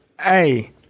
Hey